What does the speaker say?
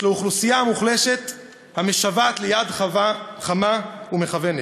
האוכלוסייה המוחלשת המשוועת ליד חמה ומכוונת.